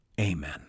Amen